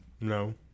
No